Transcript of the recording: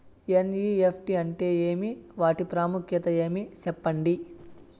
NEFT అంటే ఏమి వాటి ప్రాముఖ్యత ఏమి? సెప్పండి?